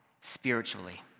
spiritually